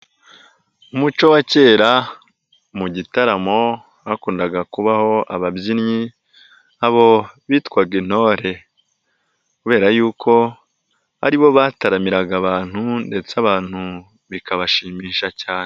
Mu muco wa kera mu gitaramo hakundaga kubaho ababyinnyi, abo bitwaga intore kubera yuko aribo bataramiraga abantu ndetse abantu bikabashimisha cyane.